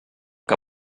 que